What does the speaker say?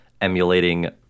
emulating